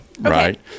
right